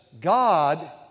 God